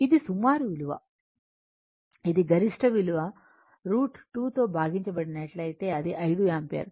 ఇది సుమారు విలువ ఇది గరిష్ట విలువ √ 2తో భాగించబడినట్లైతే అది 5 యాంపియర్